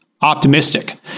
optimistic